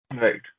Right